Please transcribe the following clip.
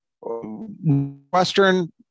Western